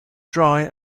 dry